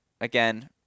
again